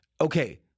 Okay